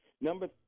Number